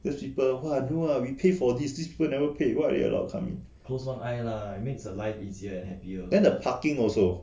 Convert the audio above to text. because people !whoa! I don't know lah we pay for this this people never paid they allowed come in then the parking also